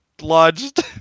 lodged